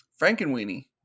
frankenweenie